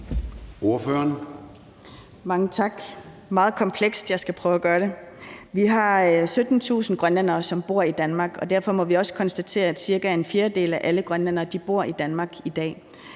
Mange tak. Det er meget komplekst, men jeg skal prøve at gøre det. Vi har 17.000 grønlændere, som bor i Danmark, og derfor må vi også konstatere, at cirka en fjerdedel af alle grønlændere bor i Danmark i dag.